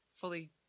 fully